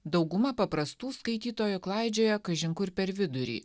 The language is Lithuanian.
dauguma paprastų skaitytojų klaidžioja kažin kur per vidurį